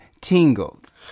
tingled